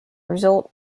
result